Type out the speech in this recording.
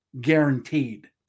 guaranteed